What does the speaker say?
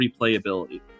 replayability